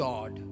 God